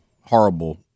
horrible